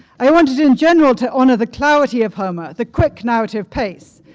i wanted in general to honor the clarity of homer, the quick narrative pace,